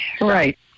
Right